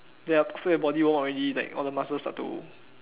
ya so your body won't already like all your muscles start to